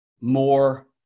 more